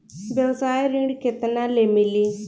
व्यवसाय ऋण केतना ले मिली?